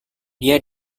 dia